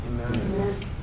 Amen